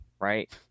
right